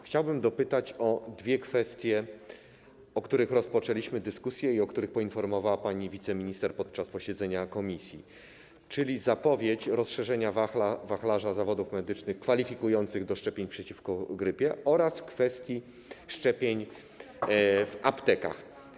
Chciałbym dopytać o dwie kwestie, o których rozpoczęliśmy dyskusję i o których poinformowała pani wiceminister podczas posiedzenia komisji, czyli o zapowiedź rozszerzenia wachlarza zawodów medycznych kwalifikujących do szczepień przeciwko grypie oraz w kwestii szczepień w aptekach.